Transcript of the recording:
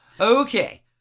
Okay